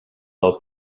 del